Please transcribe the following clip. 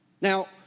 Now